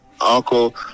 uncle